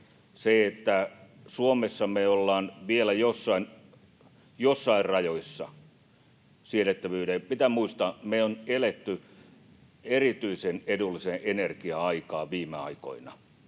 merkittävä. Suomessa me ollaan vielä joissain siedettävyyden rajoissa. Pitää muistaa, että me on eletty erityisen edullisen energian aikaa viime aikoina,